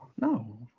no